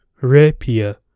rapier